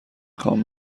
خوام